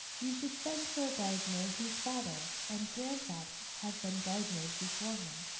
you should send for a gardener whose father and grandfather have been gardeners before him,